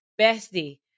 Bestie